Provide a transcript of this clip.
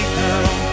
girl